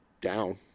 down